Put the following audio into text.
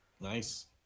Nice